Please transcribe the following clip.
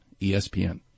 ESPN